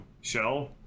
shell